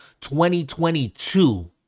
2022